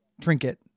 trinket